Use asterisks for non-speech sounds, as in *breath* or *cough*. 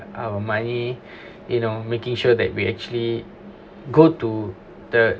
our money *breath* you know making sure that we actually go to the